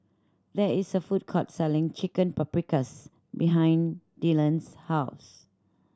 there is a food court selling Chicken Paprikas behind Dylon's house